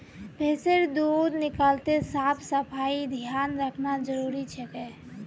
भैंसेर दूध निकलाते साफ सफाईर ध्यान रखना जरूरी छिके